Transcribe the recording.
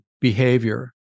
behavior